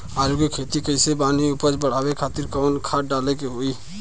आलू के खेती कइले बानी उपज बढ़ावे खातिर कवन खाद डाले के होई?